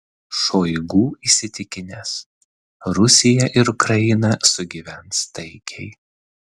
šoigu įsitikinęs rusija ir ukraina sugyvens taikiai